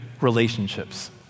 relationships